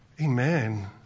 Amen